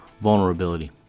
vulnerability